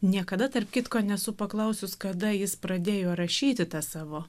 niekada tarp kitko nesu paklausius kada jis pradėjo rašyti tą savo